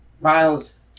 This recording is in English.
Miles